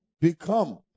become